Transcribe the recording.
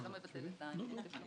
להתקדם.